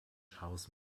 house